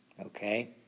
okay